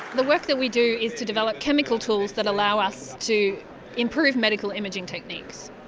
the work that we do is to develop chemical tools that allow us to improve medical imaging techniques.